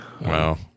Wow